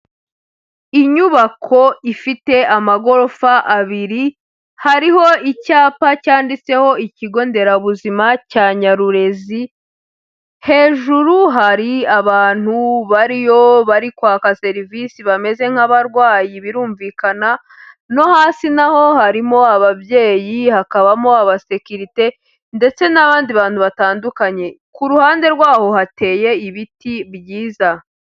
Inyubako ifite amagorofa abiri hariho icyapa cyanditseho ikigo nderabuzima cya Nyarurezi, hejuru hari abantu bariyo bari kwaka serivisi bameze nk'abarwayi birumvikana no hasi naho harimo ababyeyi, hakabamo abasekirite ndetse n'abandi bantu batandukanye, ku ruhande rwabo hateye ibiti byiza.